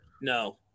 No